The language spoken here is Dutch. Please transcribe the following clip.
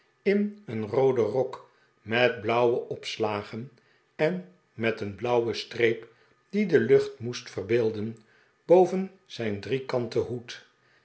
in een rooden rok met blauwe opslagen en met een blauwe streep die de lucht moest verbeelden boven zijn driekanten hoed